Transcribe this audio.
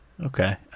Okay